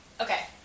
Okay